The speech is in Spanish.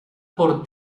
por